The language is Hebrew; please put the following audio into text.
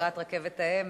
לקראת רכבת העמק.